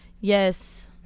Yes